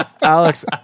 Alex